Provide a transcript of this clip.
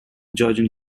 georgian